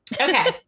Okay